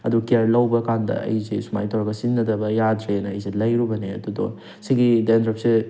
ꯑꯗꯣ ꯀꯦꯌꯔ ꯂꯧꯕꯀꯥꯟꯗ ꯑꯩꯁꯦ ꯁꯨꯃꯥꯏꯅ ꯇꯧꯔꯒ ꯁꯤꯖꯟꯅꯗꯕ ꯌꯥꯗ꯭ꯔꯦꯅ ꯑꯩꯁꯦ ꯂꯩꯔꯨꯕꯅꯦ ꯑꯗꯨꯗꯣ ꯁꯤꯒꯤ ꯗ꯭ꯔꯦꯟꯗ꯭ꯔꯞꯁꯁꯦ